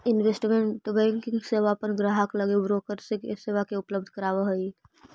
investment banking सेवा अपन ग्राहक लगी ब्रोकर के सेवा उपलब्ध करावऽ हइ